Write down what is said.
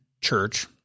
church